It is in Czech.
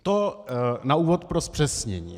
To na úvod pro zpřesnění.